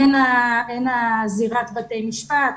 הן זירת בתי המשפט,